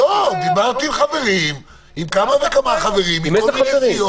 דיברתי עם כמה וכמה חברים מכל מיני סיעות,